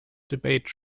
debate